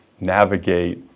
navigate